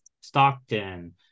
Stockton